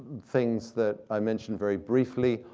things that i mentioned very briefly,